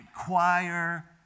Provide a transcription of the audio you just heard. choir